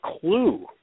clue